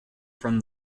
from